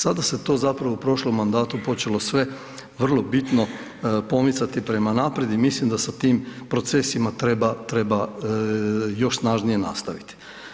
Sada se to zapravo u prošlom mandatu počelo sve vrlo bitno pomicati prema naprijed i mislim da sa tim procesima treba još snažnije nastaviti.